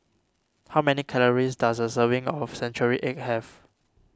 how many calories does a serving of Century Egg have